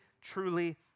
truly